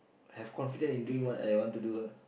have confident in doing what I want to do ah